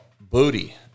booty